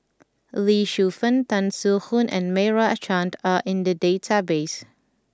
Lee Shu Fen Tan Soo Khoon and Meira Chand are in the database